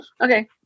Okay